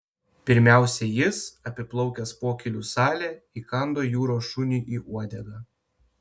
pirmiausia jis apiplaukęs pokylių salę įkando jūros šuniui į uodegą